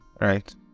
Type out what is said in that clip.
right